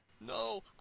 No